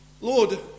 Lord